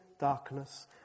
darkness